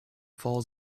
falls